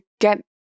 get